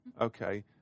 Okay